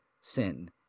sin